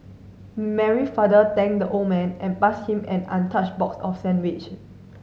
Mary father thanked the old man and passed him an untouched box of sandwich